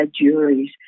juries